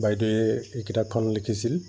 বাইদেৱে এই কিতাপখন লিখিছিল